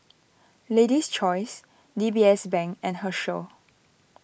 Lady's Choice D B S Bank and Herschel